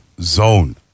zone